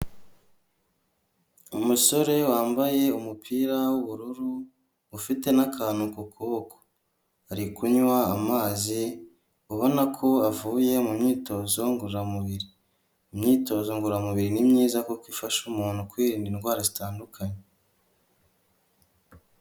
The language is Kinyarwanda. Umusore wambaye umupira w'ubururu, ufite n'akantu ku kuboko, ari kunywa amazi, ubona ko avuye mu myitozo ngororamubiri, imyitozo ngororamubiri ni myiza kuko ifasha umuntu kwirinda indwara zitandukanye.